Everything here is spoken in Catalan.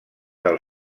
del